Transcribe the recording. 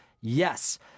Yes